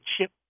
chip